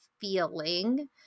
feeling